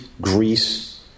Greece